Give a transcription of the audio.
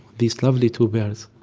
these lovely two birds